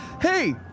hey